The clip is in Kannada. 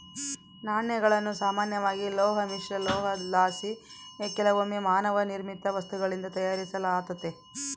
ನಾಣ್ಯಗಳನ್ನು ಸಾಮಾನ್ಯವಾಗಿ ಲೋಹ ಮಿಶ್ರಲೋಹುದ್ಲಾಸಿ ಕೆಲವೊಮ್ಮೆ ಮಾನವ ನಿರ್ಮಿತ ವಸ್ತುಗಳಿಂದ ತಯಾರಿಸಲಾತತೆ